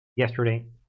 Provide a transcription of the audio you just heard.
Yesterday